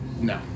no